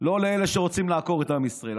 לא לאלה שרוצים לעקור את עם ישראל.